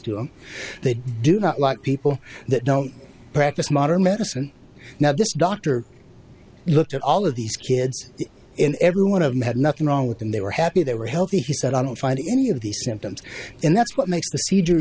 and they do not like people that don't practice modern medicine now this doctor looked at all of these kids and every one of them had nothing wrong with him they were happy they were healthy he said i don't find any of these symptoms and that's what makes th